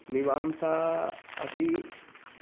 मीमांसा अपि